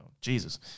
Jesus